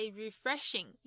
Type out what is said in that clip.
refreshing